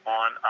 on